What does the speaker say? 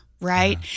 right